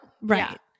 Right